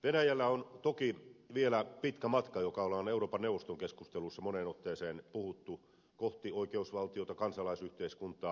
venäjällä on toki vielä pitkä matka josta aina on euroopan neuvoston keskusteluissa moneen otteeseen puhuttu kohti oikeusvaltiota kansalaisyhteiskuntaa